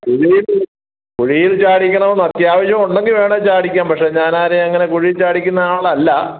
കുഴിയിൽ ചാടിക്കണമെന്ന് അത്യാവശ്യം ഉണ്ടെങ്കിൽ വേണമെങ്കിൽ ചാടിക്കാം പക്ഷെ ഞാനാരേയും അങ്ങനെ കുഴിയിൽ ചാടിക്കുന്ന ആളല്ല